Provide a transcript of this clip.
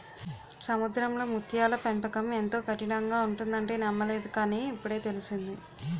సముద్రంలో ముత్యాల పెంపకం ఎంతో కఠినంగా ఉంటుందంటే నమ్మలేదు కాని, ఇప్పుడే తెలిసింది